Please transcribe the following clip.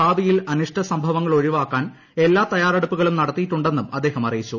ഭാവിയിൽ അനിഷ്ട സംഭവങ്ങളൊഴിവാക്കാൻ എല്ലാ തയ്യാറെടുപ്പുകളും നടത്തിയിട്ടുണ്ടെന്നും അദ്ദേഹം അറിയിച്ചു